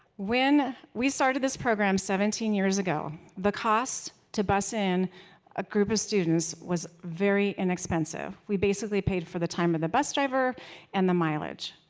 when we started this program seventeen years ago, the cost to bus in a group of students was vest inexpensive. we basically paid for the time of the bus driver and the mileage.